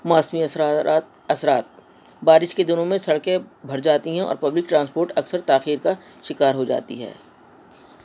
موسمی اثرارات اثرات بارش کے دنوں میں سڑکیں بھر جاتی ہیں اور پبلک ٹرانسپورٹ اکثر تاخیر کا شکار ہو جاتی ہے